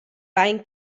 bein